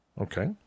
Okay